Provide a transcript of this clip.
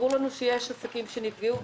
ברור לנו שיש עסקים שנפגעו,